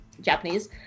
Japanese